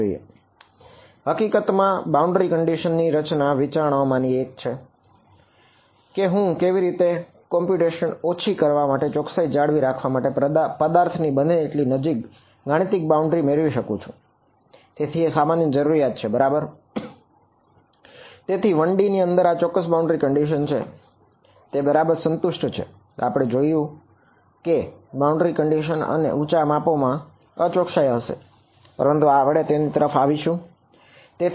તેથી હકીકતમાં boundary condition અને ઉંચા માપો માં અચોકસાઈ હશે પરંતુ આપણે તેની તરફ આવશું બરાબર